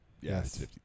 Yes